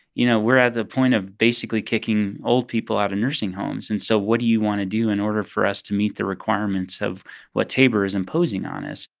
you know, we're at the point of basically kicking old people out of nursing homes. and so what do you want to do in order for us to meet the requirements of what tabor is imposing on us?